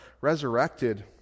resurrected